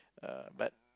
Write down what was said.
uh but